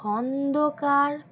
Khandekar